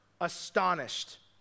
astonished